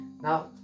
Now